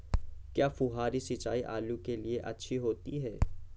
क्या फुहारी सिंचाई आलू के लिए अच्छी होती है?